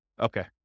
Okay